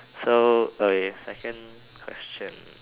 so uh second question